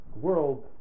world